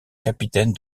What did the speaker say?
capitaine